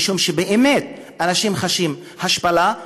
כי באמת אנשים חשים השפלה.